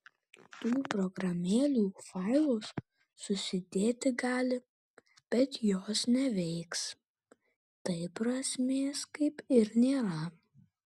tų programėlių failus susidėti gali bet jos neveiks tai prasmės kaip ir nėra